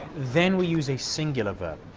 then we use a singular verb.